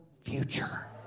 future